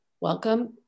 Welcome